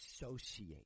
associate